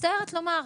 מצטערת לומר,